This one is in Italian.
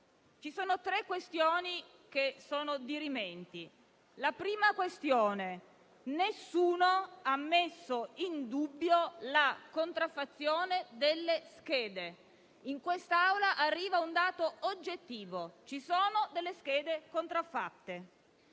Ci sono tre questioni che sono dirimenti. La prima questione: nessuno ha messo in dubbio la contraffazione delle schede. In quest'Aula arriva un dato oggettivo: ci sono delle schede contraffatte.